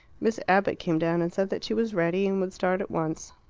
miss abbott came down and said that she was ready, and would start at once.